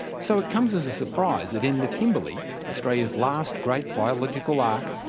so it comes as a surprise that in the kimberley australia's last great biological ark,